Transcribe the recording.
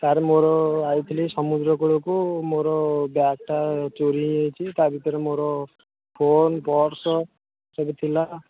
sir ମୋର ଆସିଥିଲି ସମୁଦ୍ର କୂଳକୁ ମୋର ବ୍ୟାଗ୍ଟା ଚୋରି ହେଇ ଯାଇଛି ତା'ଭିତରେ ମୋର ଫୋନ୍ ପର୍ସ ସବୁ ଥିଲା